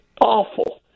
awful